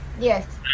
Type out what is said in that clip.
Yes